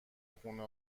خونه